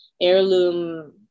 heirloom